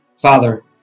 Father